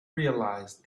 realise